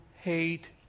hate